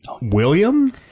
William